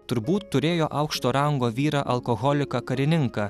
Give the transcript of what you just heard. turbūt turėjo aukšto rango vyrą alkoholiką karininką